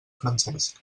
francesc